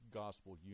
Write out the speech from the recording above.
gospel